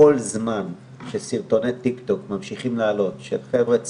כל זמן שסרטוני טיקטוק ממשיכים לעלות של חבר'ה צעירים,